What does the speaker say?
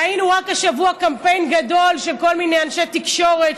ראינו רק השבוע קמפיין גדול של כל מיני אנשי תקשורת,